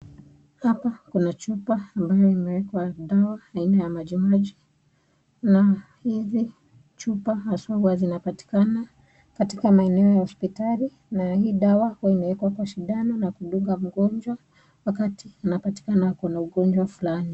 Hapa kuna chupa ambayo imeekwa dawa aina ya maji maji na hizi chupa haswa huwa zinapatikana katika maeneo ya hospitali na hii dawa huwa inaekwa kwa sindano kudunga mgonjwa wakati anapatikana akona ugonjwa fulani.